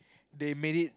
they made it